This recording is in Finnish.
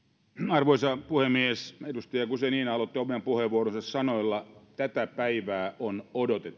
arvoisa puhemies edustaja guzenina aloitti oman puheenvuoronsa sanoilla tätä päivää on odotettu